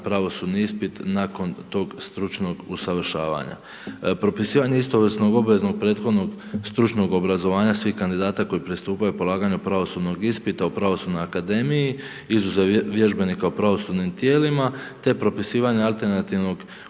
pravosudni ispit nakon tog stručnog usavršavanja. Propisivanje istovrsnog obaveznog prethodnog stručnog obrazovanja svih kandidata koji pristupaju polaganju pravosudnog ispita u Pravosudnoj akademiji izuzev vježbenika u pravosudnim tijelima te propisivanja alternativnog